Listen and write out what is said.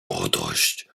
młodość